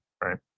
Right